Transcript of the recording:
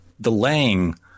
delaying